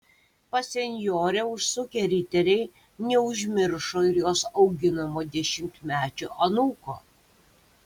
pas senjorę užsukę riteriai neužmiršo ir jos auginamo dešimtmečio anūko